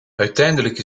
uiteindelijk